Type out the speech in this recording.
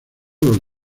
los